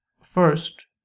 First